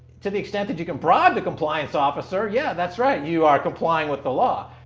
to the extent that you can bribe the compliance officer yeah, that's right, you are complying with the law!